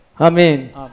Amen